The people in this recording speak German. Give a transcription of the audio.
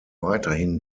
weiterhin